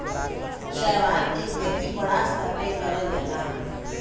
शैवाल के खेती बड़ा स्तर पे करल जाला